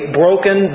broken